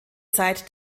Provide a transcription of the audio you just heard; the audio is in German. zeit